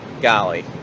golly